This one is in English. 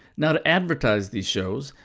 now to advertise these shows,